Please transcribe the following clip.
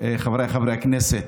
חבריי חברי הכנסת,